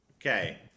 okay